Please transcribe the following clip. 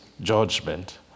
judgment